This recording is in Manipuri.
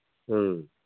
ꯎꯝ